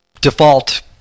default